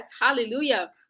Hallelujah